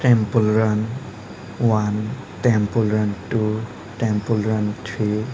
temple Run one Temple Run two Temple Run three